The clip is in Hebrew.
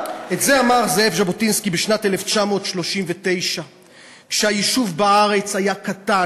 את זה אמר זאב ז'בוטינסקי בשנת 1939 כשהיישוב בארץ היה קטן,